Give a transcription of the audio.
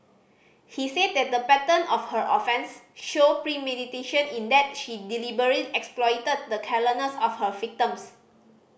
he said that the pattern of her offence showed premeditation in that she deliberate exploited the carelessness of her victims